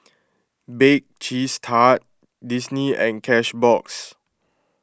Bake Cheese Tart Disney and Cashbox